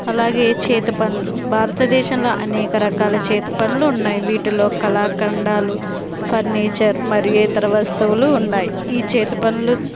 అలాగే చేతిపనులు భారతదేశంలో అనేక రకాల చేతి పనులు ఉన్నాయ్ వీటిలో కళాఖండాలు ఫర్నిచర్ మరియు ఇతర వస్తువులు ఉన్నాయ్ ఈ చేతి పనులు